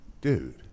dude